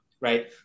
right